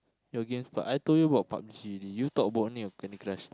your games but I told you about Pub-G you talk about only about Candy-Crush